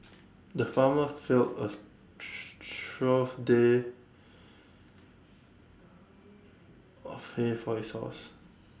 the farmer filled A tro trough full day of hay for his horse